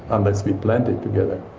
unless we planned it together.